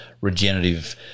regenerative